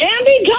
Andy